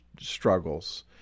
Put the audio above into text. struggles